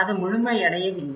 அது முழுமையடையவில்லை